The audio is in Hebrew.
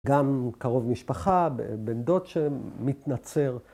‫גם קרוב משפחה, בן דוד שמתנצר.